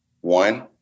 one